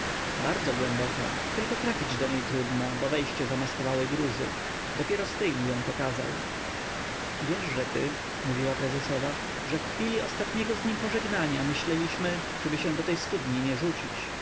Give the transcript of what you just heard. bardzo głęboka tylko trafić do niej trudno bo wejście zamaskowały gruzy dopiero stryj mi ją pokazał wieszże ty mówiła prezesowa że w chwili ostatniego z nim pożegnania myśleliśmy czyby się do tej studni nie rzucić